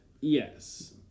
Yes